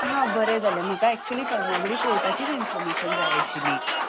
आं बरें जालें म्हाका एक्चुली फार्मागुडी फोर्टाचेंच इनफोर्मशेन जाय आशिल्ली